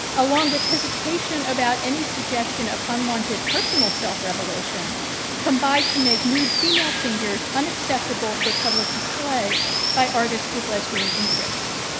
along with hesitation about any suggestion of unwanted personal self revelation combined to make nude female figures unacceptable for public display by artist with lesbian interests.